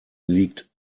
liegt